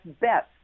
best